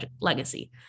legacy